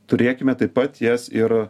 turėkime taip pat jas ir